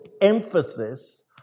emphasis